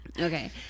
Okay